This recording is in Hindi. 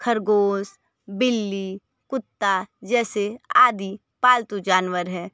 खरगोश बिल्ली कुत्ता जैसे आदि पालतू जानवर है